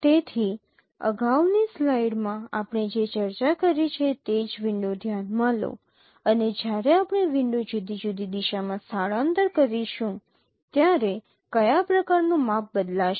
તેથી અગાઉની સ્લાઇડમાં આપણે જે ચર્ચા કરી છે તે જ વિન્ડો ધ્યાનમાં લો અને જ્યારે આપણે વિન્ડો જુદી જુદી દિશામાં સ્થળાંતર કરીશું ત્યારે કયા પ્રકારનું માપ બદલાશે